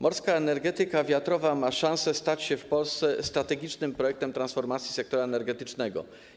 Morska energetyka wiatrowa ma szansę stać się w Polsce strategicznym projektem transformacji sektora energetycznego.